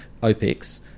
OPEX